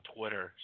Twitter